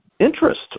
interest